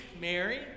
Mary